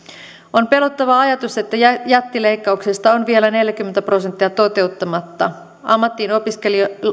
on pelottava ajatus että jättileikkauksista on vielä neljäkymmentä prosenttia toteuttamatta ammattiin